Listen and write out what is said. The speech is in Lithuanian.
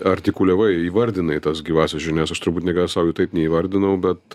artikuliavai įvardinai tas gyvąsias žinias aš turbūt niekada sau jų taip neįvardinau bet